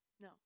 no